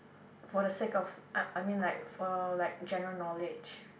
for the sake of I I mean like for like general knowledge